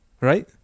right